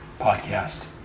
podcast